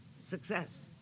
Success